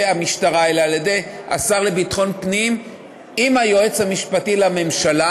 המשטרה אלא על-ידי השר לביטחון פנים עם היועץ המשפטי לממשלה,